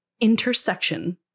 intersection